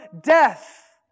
death